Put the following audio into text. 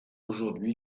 aujourd’hui